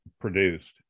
produced